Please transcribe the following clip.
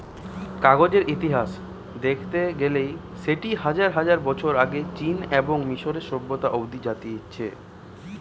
কাগজের ইতিহাস দেখতে গেইলে সেটি হাজার হাজার বছর আগে চীন এবং মিশরীয় সভ্যতা অব্দি জাতিছে